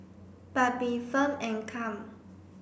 but be firm and calm